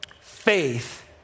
Faith